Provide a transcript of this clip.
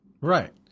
Right